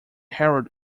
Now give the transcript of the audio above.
herald